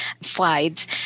slides